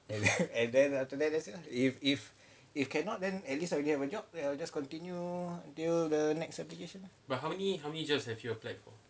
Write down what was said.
and then after that that's it lah if if if cannot then at least I already have a job then I will just continue till the next application lah